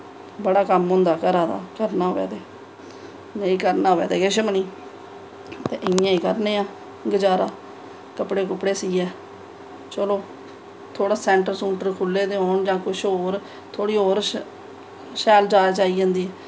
बड़ा कम्म होंदा घरा दा करना होऐ ते नेईं करना होऐ ते किश बी निं ते इ'यां ई करने आं गज़ारा कपड़े कुपड़े सियै चलो थोह्ड़ा सेंटर सूंटर खु'ल्ले दे होन जां कुश होर थोह्ड़ी होर शैल जाच ई जंदी